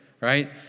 right